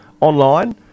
online